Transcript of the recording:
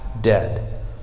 dead